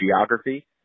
geography